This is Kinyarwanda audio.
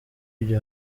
byo